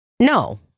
No